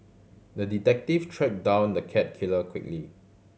the detective tracked down the cat killer quickly